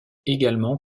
également